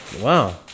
wow